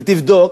ותבדוק,